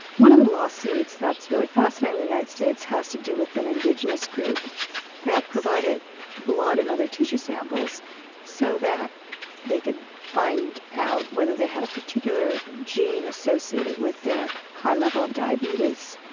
one of the lawsuits that's really fascinating in the united states, has to do with an indigenous group that provided blood and other tissue samples so that they could find out whether they had a particular gene associated with their high level of diabetes.